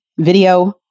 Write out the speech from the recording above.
video